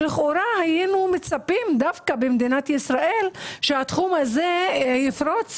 לכאורה היינו מצפים שדווקא במדינת ישראל התחום הזה יפרוץ